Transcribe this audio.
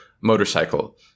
motorcycle